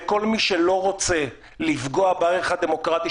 וכל מי שלא רוצה לפגוע בערך הדמוקרטי